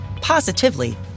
positively